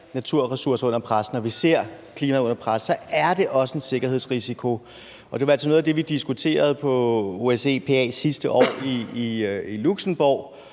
naturressourcer under pres, når vi ser klimaet under pres, så er det også en sikkerhedsrisiko. Og det var altså noget af det, vi diskuterede i OSCE's parlamentariske